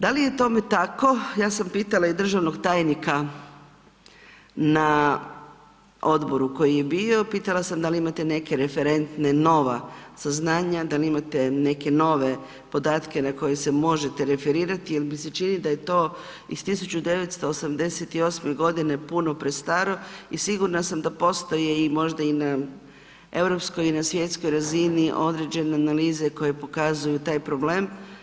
Da li je tome tako, ja sam pitala i državnog tajnika na odboru koji je bio, pitala sam da li imate neke referentne nova saznanja, da li imate neke nove podatke na koje se možete referirati jer mi se čini da je to iz 1988. g. puno prestaro i sigurna sam da postoje možda i na europskoj i na svjetskoj razini određene analize koje pokazuju taj problem.